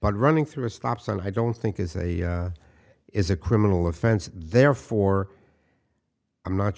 but running through a stop sign i don't think is a is a criminal offense therefore i'm not